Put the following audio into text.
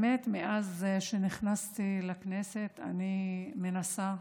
מאז שנכנסתי לכנסת אני מנסה,